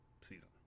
season